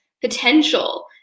potential